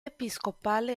episcopale